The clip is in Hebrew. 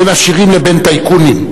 בין עשירים לבין טייקונים.